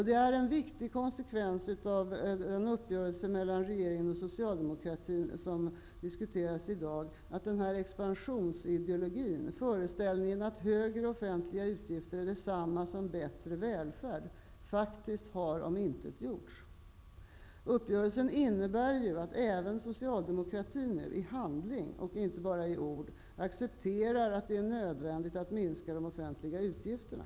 Det är en viktig konsekvens av uppgörelsen mellan regeringen och socialdemokratin, som diskuteras i dag, att denna expansionsideologi -- föreställningen att högre offentliga utgifter är detsamma som bättre välfärd -- har omintetgjorts. Uppgörelsen innebär även att Socialdemokraterna i handling, och inte bara i ord, accepterar att det är nödvändigt att minska de offentliga utgifterna.